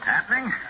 Happening